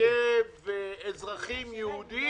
בקרב אזרחים יהודים?